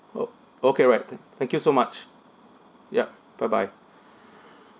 orh okay right thank thank you so much yup bye bye